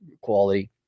quality